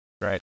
right